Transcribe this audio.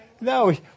No